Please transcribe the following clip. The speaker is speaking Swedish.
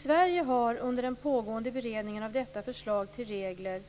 Sverige har under den pågående beredningen av detta förslag till regler